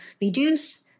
reduce